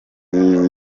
ziza